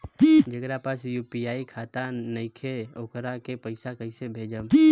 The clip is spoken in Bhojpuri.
जेकरा पास यू.पी.आई खाता नाईखे वोकरा के पईसा कईसे भेजब?